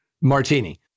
Martini